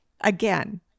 again